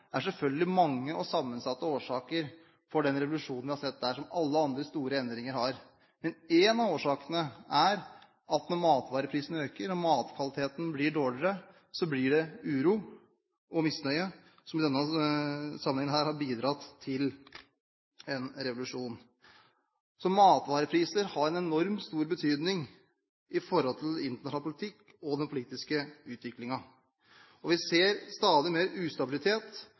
selvfølgelig mange og sammensatte årsaker, som det er for alle andre store endringer. Men én av årsakene er at når matvareprisene øker, og matkvaliteten blir dårligere, blir det uro og misnøye, som i denne sammenheng har bidratt til en revolusjon. Matvarepriser har en enormt stor betydning i internasjonal politikk og i den politiske utviklingen. Vi ser stadig mer ustabilitet, og vi ser at matvareprisene stadig blir mer